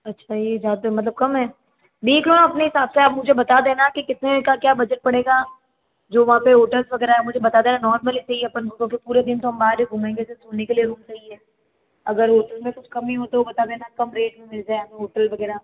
अच्छा ये ज़्यादा मतलब कम है देख लो अपने हिसाब से आप मुझे बता देना कि कितने का क्या बजट पड़ेगा जो वहाँ पे होटल्स वगैरह है मुझे बता देना नॉर्मली से ही अपन तो पूरे दिन तो हम बाहर ही घूमेंगे सिर्फ सोने के लिए रूम चाहिए अगर होटल में कुछ कमी हो तो बता देना कम रेट में मिल जाए हमें होटल वगैरह